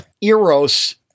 eros